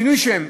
שינוי שם: